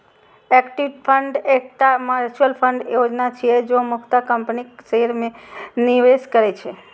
equity fund एकटा mutual fund योजना छियै, जे मुख्यतः कंपनीक शेयर मे निवेश करै छै